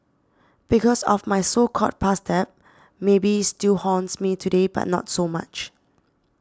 because of my so called past debt maybe still haunts me today but not so much